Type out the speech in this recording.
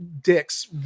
dicks